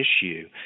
issue